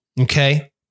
Okay